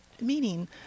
Meaning